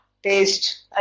taste